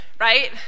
right